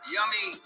Yummy